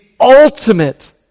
ultimate